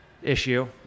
Issue